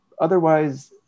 Otherwise